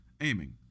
aiming